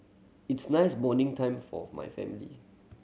its nice bonding time forth my family